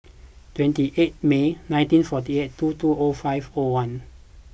twenty eighth May nineteen forty eight two two O five O one